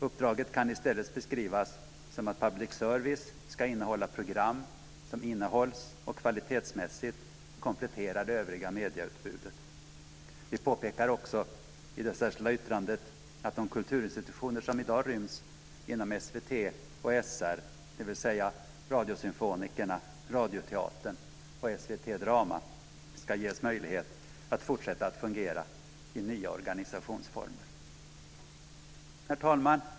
Uppdraget kan i stället beskrivas som att public service ska innehålla program som innehålls och kvalitetsmässigt kompletterar det övriga medieutbudet. Vi påpekar också i det särskilda yttrandet att de kulturinstitutioner som i dag ryms inom SVT och SR, det vill säga Radiosymfonikerna, Radioteatern och SVT Drama, ska ges möjlighet att fortsätta att fungera i nya organisationsformer. Herr talman!